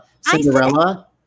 Cinderella